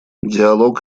диалог